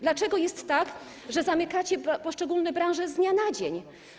Dlaczego jest tak, że zamykacie poszczególne branże z dnia na dzień?